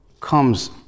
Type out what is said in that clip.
comes